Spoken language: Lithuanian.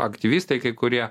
aktyvistai kai kurie